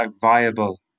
viable